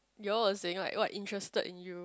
you all were saying like what interested in you